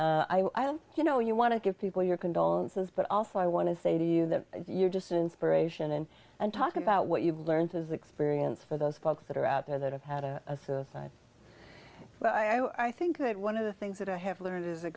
i'll you know you want to give people your condolences but also i want to say to you that you're just an inspiration and and talk about what you've learned as experience for those folks that are out there that have had a suicide well i think that one of the things that i have learned is a